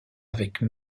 avec